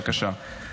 בבקשה.